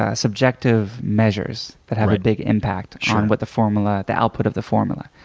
ah subjective measures that have a big impact on what the formula the output of the formula,